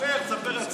ספר, ספר.